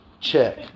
Check